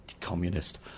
Communist